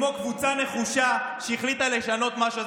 אין כמו קבוצה נחושה שהחליטה לשנות משהו.